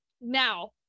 Now